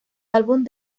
álbum